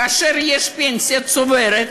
כאשר יש פנסיה צוברת,